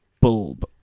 Bulb